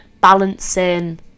balancing